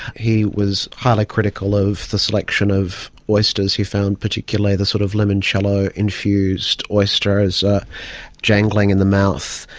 he was highly critical of the selection of oysters, he found particularly the sort of limoncello infused oyster as ah jangling in the mouth,